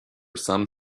some